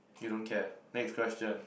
you don't care next question